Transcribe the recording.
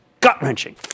gut-wrenching